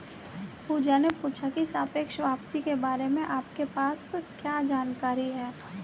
पूजा ने पूछा की सापेक्ष वापसी के बारे में आपके पास क्या जानकारी है?